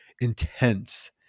intense